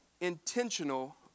intentional